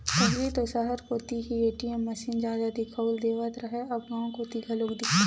पहिली तो सहर कोती ही ए.टी.एम मसीन जादा दिखउल देवत रहय अब गांव कोती घलोक दिखथे